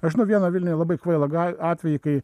aš žinau vieną vilniuje labai kvailą a atvejį kai